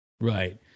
right